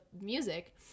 music